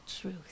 truth